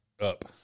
up